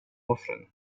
offren